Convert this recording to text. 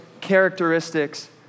characteristics